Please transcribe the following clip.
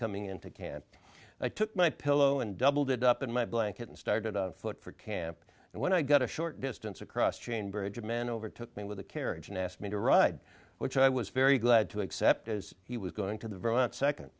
coming into can't i took my pillow and doubled it up in my blanket and started on foot for camp and when i got a short distance across chain bridge a man overtook me with a carriage and asked me to ride which i was very glad to accept as he was going to the